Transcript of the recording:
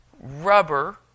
rubber